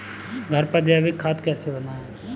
घर पर जैविक खाद कैसे बनाएँ?